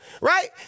right